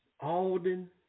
Alden